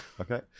Okay